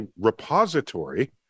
repository